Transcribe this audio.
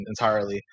entirely